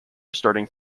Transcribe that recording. starting